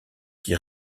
qui